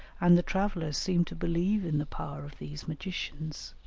and the travellers seem to believe in the power of these magicians.